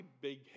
big